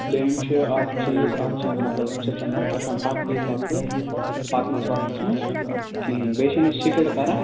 دوٚیِم چھِ اَتھ چیٖز اَتھ چھِنہٕ مطلب اَمہِ سۭتۍ چھِنہٕ گژھان تکلیٖف وکلیٖف پَکنَس وَکنَس منٛز کِہیٖنٛۍ بیٚیہِ چھِنہٕ یہِ سِکِڈ کَران